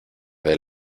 del